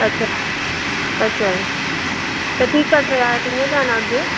अच्छा अच्छा ते फ्ही कटरेआ कि'यां जाना अग्गै